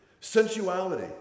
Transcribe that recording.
sensuality